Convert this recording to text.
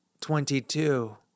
Twenty-two